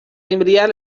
emplear